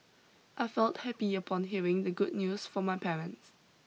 I felt happy upon hearing the good news from my parents